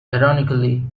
ironically